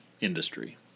industry